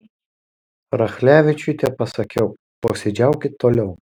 rachlevičiui tepasakiau posėdžiaukit toliau